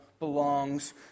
belongs